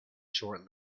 short